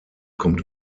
kommt